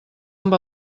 amb